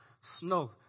snow